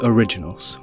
Originals